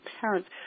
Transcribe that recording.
parents